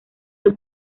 del